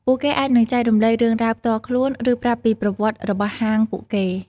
ពួកគេអាចនឹងចែករំលែករឿងរ៉ាវផ្ទាល់ខ្លួន ឬប្រាប់ពីប្រវត្តិរបស់ហាងពួកគេ។